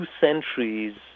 centuries